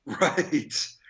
Right